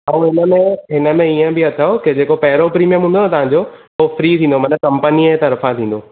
ऐं हिनमें हिनमें ईअं बि अथव की जेको पहिरियों प्रीमिअम हूंदो आहे न तव्हांजो हो फ्री थींदो आहे माना कंपनिअ तर्फ़ां थींदो